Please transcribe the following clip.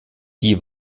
die